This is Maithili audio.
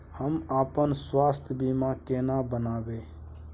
हम अपन स्वास्थ बीमा केना बनाबै?